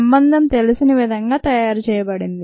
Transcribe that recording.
సంబంధం తెలిసిన విధంగా తయారుచేయబడింది